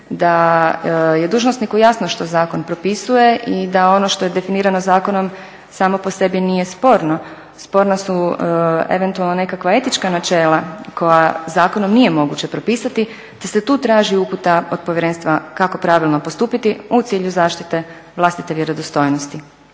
da je dužnosniku jasno što zakon propisuje i da ono što je definirano zakonom samo po sebi nije sporno. Sporna su eventualno nekakva etička načela koja zakonom nije moguće propisati te se tu traži uputa od povjerenstva kako pravilno postupiti u cilju zaštite vlastite vjerodostojnosti.